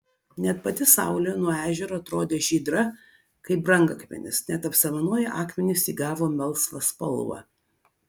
net pati saulė nuo ežero atrodė žydra kaip brangakmenis net apsamanoję akmenys įgavo melsvą spalvą